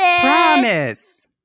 Promise